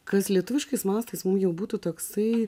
kas lietuviškais mastais mums jau būtų toksai